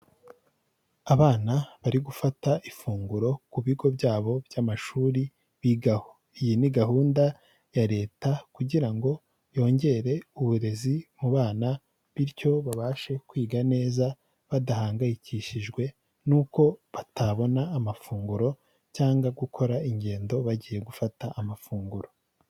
Abana bari gufata ifunguro ku bigo byabo by'amashuri bigaho, iyi ni gahunda ya Leta kugira ngo yongere uburezi mu bana bityo babashe kwiga neza, badahangayikishijwe n'uko batabona amafunguro cyangwa gukora ingendo bagiye gufata amafunguro.